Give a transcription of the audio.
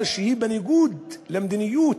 אבל כשהיא בניגוד למדיניות,